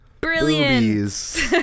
brilliant